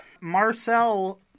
Marcel